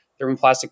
thermoplastic